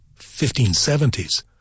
1570s